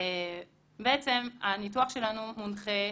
בעצם הניתוח שלנו מונחה,